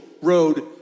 road